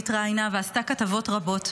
והתראיינה ועשתה כתבות רבות,